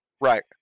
Right